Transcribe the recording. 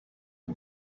yng